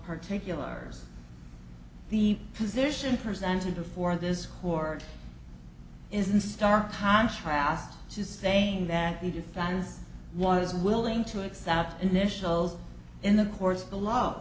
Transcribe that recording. particulars the position presented before this court is in stark contrast just saying that the defense was willing to accept initials in the course